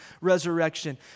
resurrection